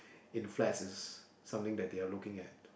in flats is something that they are looking at